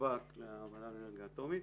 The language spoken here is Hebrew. לשב"כ ולוועדה לאנרגיה אטומית.